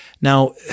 Now